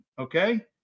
Okay